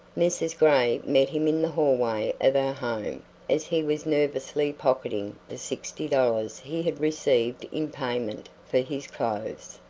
mrs. gray met him in the hallway of her home as he was nervously pocketing the sixty dollars he had received in payment for his clothes.